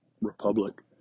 republic